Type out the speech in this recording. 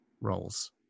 roles